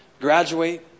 graduate